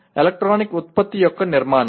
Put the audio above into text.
electronic ఉత్పత్తి యొక్క నిర్మాణం